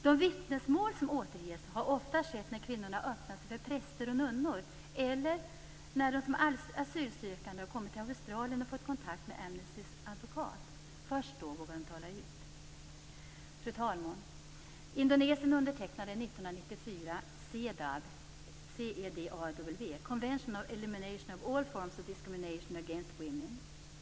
De vittnesmål som återges har ofta skett när kvinnorna öppnat sig för präster och nunnor eller när de som asylsökande har kommit till Australien och fått kontakt med Amnestys advokat. Först då vågar de tala ut. Fru talman! Indonesien undertecknade 1994 Discrimination Against Women.